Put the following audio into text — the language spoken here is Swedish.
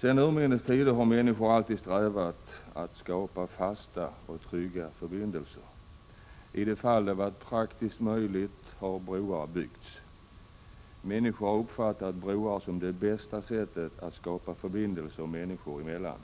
Sedan urminnes tider har människor alltid strävat efter att skapa fasta och trygga förbindelser. I de fall det har varit praktiskt möjligt har broar byggts. Människor har uppfattat broar som det bästa sättet att skapa förståelse människor emellan.